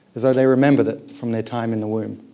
as though they remembered it from their time in the womb.